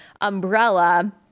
umbrella